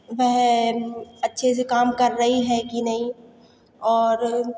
वह अच्छे से कम कर रही है कि नहीं और